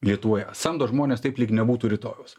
lietuvoj samdo žmones taip lyg nebūtų rytojaus